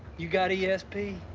you got yeah esp?